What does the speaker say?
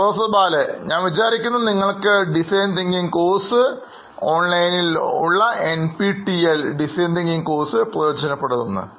professor Bala ഞാൻ വിചാരിക്കുന്നു നിങ്ങൾക്ക്പ്രയോജനപ്പെടുമെന്ന്